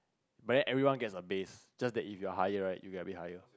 but then everyone gets a base just that if you're higher right you get a bit higher